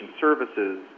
services